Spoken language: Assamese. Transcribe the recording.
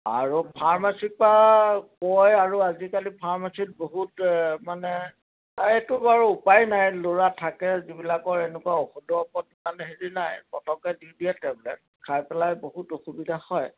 আৰু ফাৰ্মাচিৰপা কয় আৰু আজিকালি ফাৰ্মাচিত বহুত মানে সেইটো বাৰু উপায় নাই ল'ৰা থাকে যিবিলাকৰ ঔষধৰ ওপৰত ইমান হেৰি নাই পটককৈ দি দিয়ে টেবলেট খাই পেলাই বহুত অসুবিধা হয়